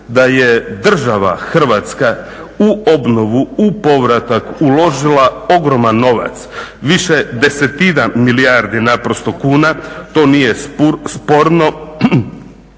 da je država Hrvatska u obnovu, u povratak uložila ogroman novac, više desetina milijardi naprosto kuna, to nije sporno